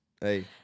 hey